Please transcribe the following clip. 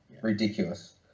ridiculous